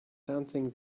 something